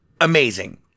amazing